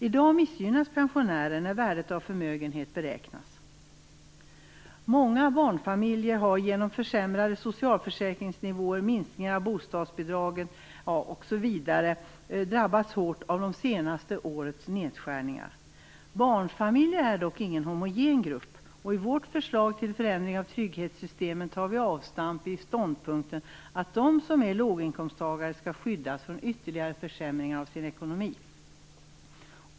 I dag missgynnas pensionärerna när värdet av förmögenhet beräknas. Många barnfamiljer har genom försämrade socialförsäkringsnivåer, minskningar av bostadsbidragen osv. drabbas hårt av de senaste årens nedskärningar. Barnfamiljer är dock ingen homogen grupp, och i Miljöpartiets förslag till förändring av trygghetssystemen tar vi avstamp i ståndpunkten att de som är låginkomsttagare skall skyddas från ytterligare försämringar av sin ekonomi.